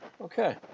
Okay